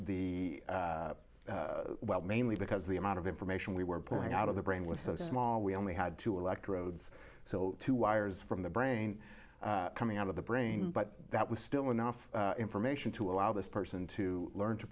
the well mainly because the amount of information we were pouring out of the brain was so small we only had two electrodes so two wires from the brain coming out of the brain but that was still enough information to allow this person to learn to